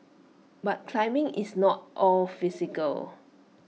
but climbing is not all physical